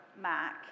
MAC